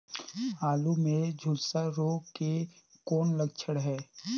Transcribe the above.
आलू मे झुलसा रोग के कौन लक्षण हे?